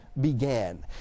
began